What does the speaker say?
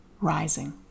rising